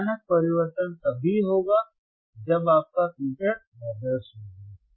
अचानक परिवर्तन तभी होगा जब आपका फ़िल्टर आदर्श होगा